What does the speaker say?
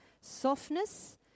softness